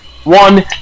one